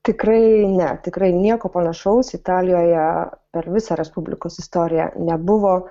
tikrai ne tikrai nieko panašaus italijoje per visą respublikos istoriją nebuvo